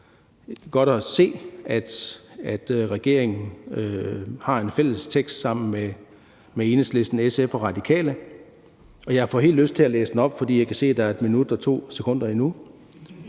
det er godt, at regeringen har en fælles vedtagelsestekst sammen med Enhedslisten, SF og Radikale. [Oplæst kl. 19:56]. Jeg får helt lyst til at læse den op, for jeg kan se, at der er 1 minut og 2 sekunder endnu.